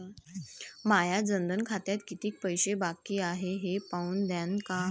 माया जनधन खात्यात कितीक पैसे बाकी हाय हे पाहून द्यान का?